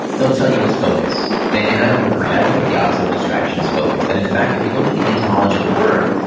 they'll tell you it's focus. and i don't agree. i don't think the opposite of distraction is focus. that, in fact, if you look at the etymology of the word,